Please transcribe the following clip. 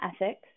ethics